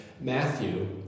Matthew